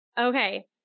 Okay